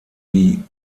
die